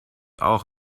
auch